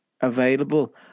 available